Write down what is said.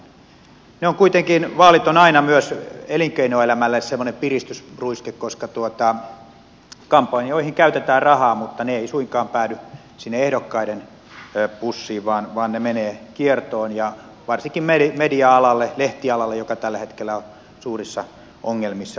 vaalit ovat kuitenkin aina myös elinkeinoelämälle semmoinen piristysruiske koska kampanjoihin käytetään rahaa mutta ne eivät suinkaan päädy ehdokkaiden pussiin vaan ne menevät kiertoon ja varsinkin media alalle lehtialalle joka tällä hetkellä on suurissa ongelmissa